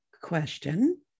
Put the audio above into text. question